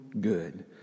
good